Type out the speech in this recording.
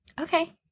Okay